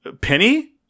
Penny